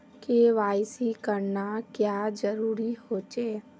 KYC करना क्याँ जरुरी होचे?